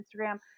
Instagram